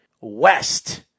West